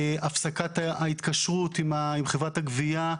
הפסקת ההתקשרות עם חברת הגבייה.